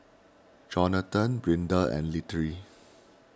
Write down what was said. Johnathon Brinda and Littie